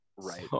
Right